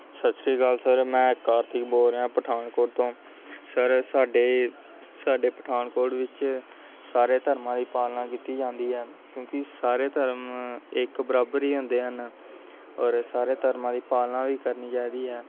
ਸਤਿ ਸ਼੍ਰੀ ਅਕਾਲ ਸਰ ਮੈਂ ਕਾਰਤਿਕ ਬੋਲ ਰਿਹਾ ਪਠਾਨਕੋਟ ਤੋਂ ਸਰ ਸਾਡੇ ਸਾਡੇ ਪਠਾਨਕੋਟ ਵਿੱਚ ਸਾਰੇ ਧਰਮਾਂ ਦੀ ਪਾਲਣਾ ਕੀਤੀ ਜਾਂਦੀ ਹੈ ਕਿਉਂਕਿ ਸਾਰੇ ਧਰਮ ਇੱਕ ਬਰਾਬਰ ਹੀ ਹੁੰਦੇ ਹਨ ਔਰ ਸਾਰੇ ਧਰਮਾਂ ਦੀ ਪਾਲਣਾ ਵੀ ਕਰਨੀ ਚਾਹੀਦੀ ਹੈ